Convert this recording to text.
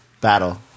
battle